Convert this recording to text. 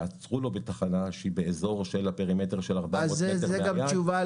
יעצרו לו בתחנה שהיא באזור של הפרימטר של 14 מטרים --- זו גם תשובה